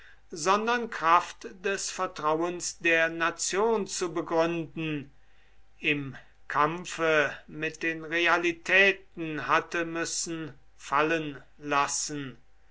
sondern kraft des vertrauens der nation zu begründen im kampfe mit den realitäten hatte müssen fallen lassen